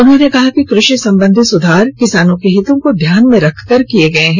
उन्होंने कहा कि कृषि संबंधी सुधार किसानों के हितों को ध्यान में रखकर किए गए हैं